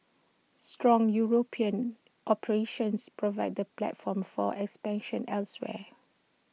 strong european operations provide the platform for expansion elsewhere